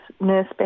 nurse